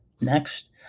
next